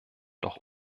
doch